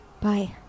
Bye